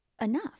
enough